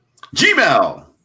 gmail